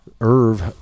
Irv